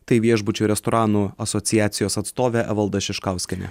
tai viešbučių restoranų asociacijos atstovė evalda šiškauskienė